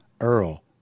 Earl